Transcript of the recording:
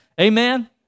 Amen